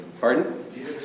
pardon